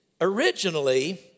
Originally